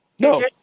No